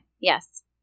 Yes